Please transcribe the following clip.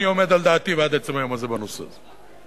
עומד על דעתי ועד עצם היום הזה בנושא הזה.